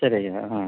சரிங்க ஆ